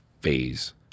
phase